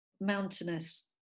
mountainous